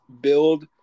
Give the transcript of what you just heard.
build